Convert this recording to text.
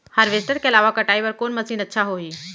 Harvester के अलावा कटाई बर कोन मशीन अच्छा होही?